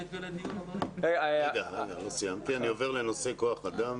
אני עובר לנושא כוח אדם.